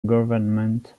government